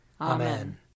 Amen